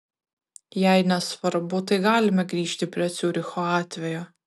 jei nesvarbu tai galime grįžti prie ciuricho atvejo